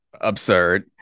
absurd